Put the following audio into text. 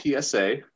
psa